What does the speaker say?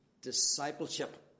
discipleship